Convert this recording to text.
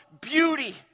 beauty